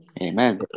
Amen